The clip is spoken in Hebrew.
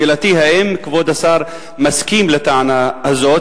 שאלתי: האם כבוד השר מסכים לטענה הזאת?